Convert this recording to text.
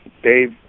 Dave